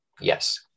Yes